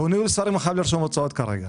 בניהול ספרים הוא חייב לרשום הוצאות כרגע,